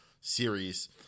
series